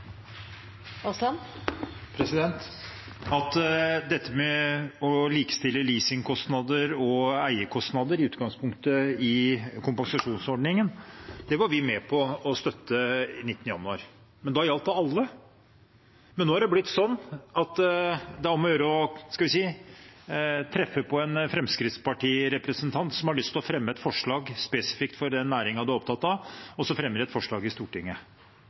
Dette med i utgangspunktet å likestille leasingkostnader og eiekostnader i kompensasjonsordningen var vi med på å støtte 19. januar, men da gjaldt det alle. Nå er det blitt sånn at det er om å gjøre å – skal vi si – treffe på en Fremskrittsparti-representant som har lyst til å fremme et forslag spesifikt for den næringen en er opptatt av, og som så fremmer et forslag i Stortinget.